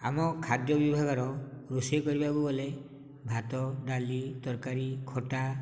ଆମ ଖାଦ୍ୟ ବିଭାଗର ରୋଷେଇ କରିବାକୁ ଗଲେ ଭାତ ଡାଲି ତରକାରୀ ଖଟା